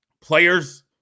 players